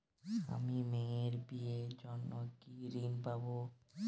আমি মেয়ের বিয়ের জন্য কি ঋণ পাবো?